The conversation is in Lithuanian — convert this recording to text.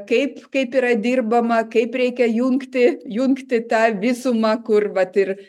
kaip kaip yra dirbama kaip reikia jungti jungti tą visumą kur vat ir